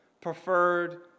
preferred